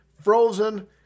frozen